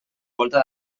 volta